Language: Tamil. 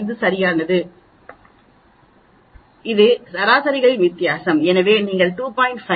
5 சரியானது இது சராசரிகளின் வித்தியாசம் எனவே நீங்கள் 2